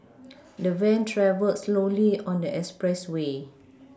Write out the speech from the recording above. the van travelled slowly on the expressway